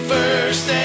First